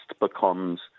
becomes